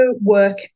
work